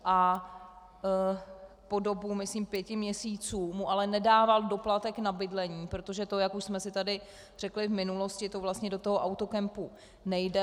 Po dobu, myslím, pěti měsíců mu ale nedával doplatek na bydlení, protože to, jak už jsme si tady řekli v minulosti, to vlastně do toho autokempu nejde.